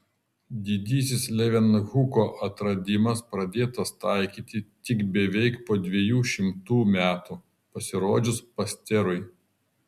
didysis levenhuko atradimas pradėtas taikyti tik beveik po dviejų šimtų metų pasirodžius pasterui